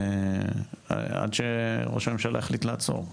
עד שראש הממשלה יחליט לעצור,